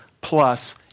plus